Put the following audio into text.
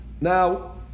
Now